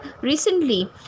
recently